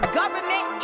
government